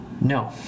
No